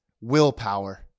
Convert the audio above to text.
willpower